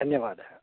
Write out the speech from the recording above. धन्यवाद